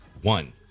one